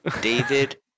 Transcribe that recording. david